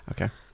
Okay